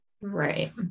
Right